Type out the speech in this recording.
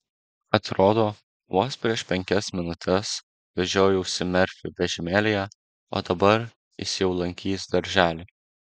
atrodo vos prieš penkias minutes vežiojausi merfį vežimėlyje o dabar jis jau lankys darželį